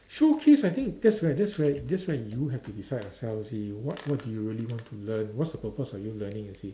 showcase I think that's where that's where that's where you have to decide yourself you see what what do you really want to learn what's the purpose of you learning you see